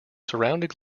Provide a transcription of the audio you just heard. surrounding